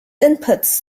inputs